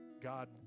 God